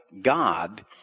God